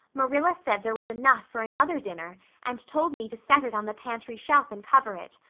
marilla said there was enough for another dinner and told me to set it on the pantry shelf and cover it.